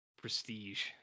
prestige